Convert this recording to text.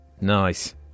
Nice